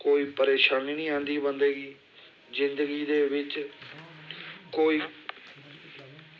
कोई परेशानी निं औंदी बंदे गी जिंदगी दे बिच्च कोई